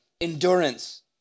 endurance